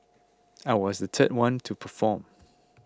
I was the third one to perform